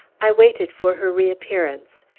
i waited for her reappearance.